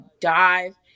dive